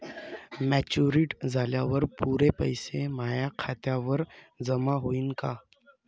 Maturity झाल्यावर पुरे पैसे माया खात्यावर जमा होईन का?